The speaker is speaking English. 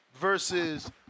versus